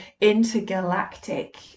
intergalactic